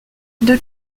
deux